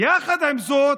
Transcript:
ועם זאת,